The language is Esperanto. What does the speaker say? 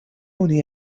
oni